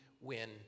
win